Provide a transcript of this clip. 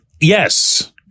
Yes